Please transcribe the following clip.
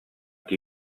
qui